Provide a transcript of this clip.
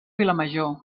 vilamajor